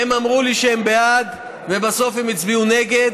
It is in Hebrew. הם אמרו לי שהם בעד ובסוף הם הצביעו נגד.